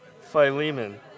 Philemon